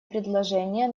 предложения